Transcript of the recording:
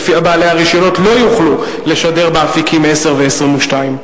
שלפיה בעלי הרשיונות לא יוכלו לשדר באפיקים 10 ו-22.